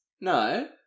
No